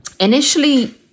initially